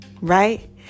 Right